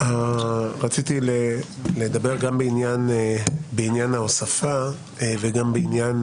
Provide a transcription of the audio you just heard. רציתי לדבר גם בעניין ההוספה וגם בעניין